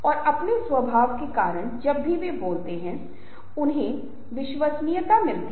उन्हें भावनात्मक रूप से कैसा महसूस कराते हैं